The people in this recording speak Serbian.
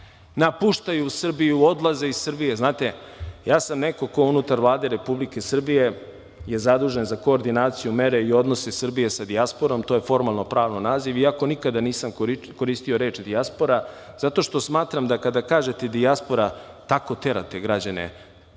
Napuštaju Srbiju, odlaze iz Srbije. Znate, ja sam neko ko unutar Vlade Republike Srbije je zadužen za koordinaciju, mere i odnose Srbije sa dijasporom. To je formalno pravno naziv, iako nikada nisam koristio reč dijaspora, zato što smatram kada kažete dijaspora, tako terate građane iz